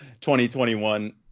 2021